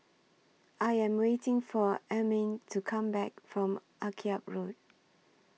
I Am waiting For Ermine to Come Back from Akyab Road